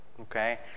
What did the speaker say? okay